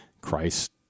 Christ